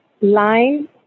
line